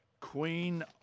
Queen